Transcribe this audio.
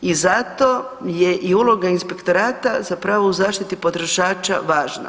I zato je i uloga inspektora zapravo u zaštiti potrošača važna.